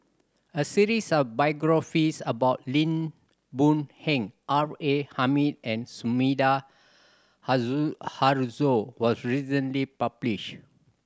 a series of biographies about Lim Boon Heng R A Hamid and Sumida Haruzo was recently published